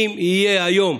אם יהיו היום